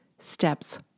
steps